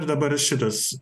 ir dabar šitas